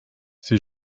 c’est